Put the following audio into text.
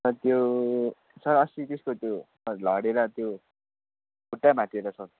sir त्यो sir अस्ति त्यसको त्यो लडेर त्यो खुट्टा भाँच्चिएर सर